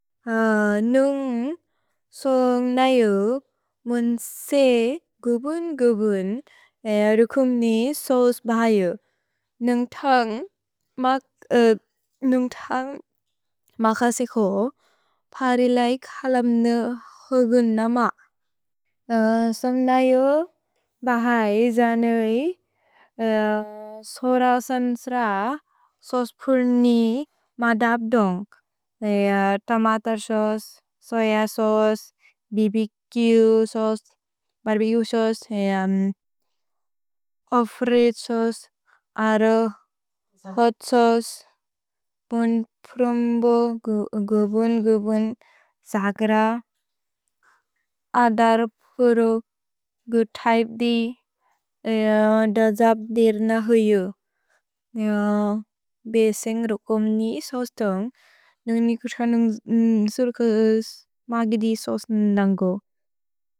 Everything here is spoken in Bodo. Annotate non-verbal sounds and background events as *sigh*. नुन्ग् सोन्ग् नयु मुन् से गुबुन् गुबुन् रुकुम् नि सोस् बहयु। नुन्ग् थन्ग् मकसिखो परेलैक् हलम् ने हुगुन् नम। सोन्ग् नयु बहय् जनेउइ सोर सन्स्र सोस् पुर्नि मदप् दोन्ग्। तोमत सोस्, सोय सोस्, भ्भ्क् सोस्, बर्बेचुए सोस्, ओफ्रित् सोस्, अरो, होत् सोस्, पुन् प्रुम्बो गुबुन् गुबुन्, सग्र। अद रुपुरुक् गु त्य्पे दि *hesitation* द जप् दिर् न हुयु। भेसेन्ग् रुकुम् नि सोस् दोन्ग्। नुन्ग् निकुछनुन्ग् सुरुकुस् मगिदि सोस् नन्गु।